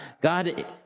God